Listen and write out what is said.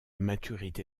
maturité